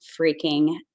freaking